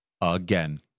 again